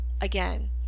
again